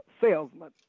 salesman